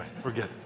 forget